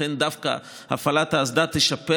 לכן דווקא הפעלת האסדה תשפר